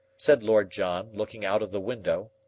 said lord john, looking out of the window.